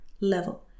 level